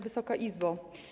Wysoka Izbo!